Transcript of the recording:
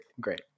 great